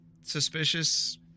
suspicious